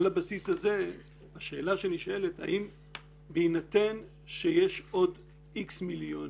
על הבסיס הזה שהשאלה שנשאלת היא בהינתן שיש עוד איקס מיליונים,